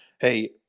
Hey